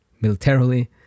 militarily